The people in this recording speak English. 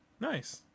Nice